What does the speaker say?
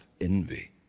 envy